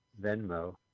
Venmo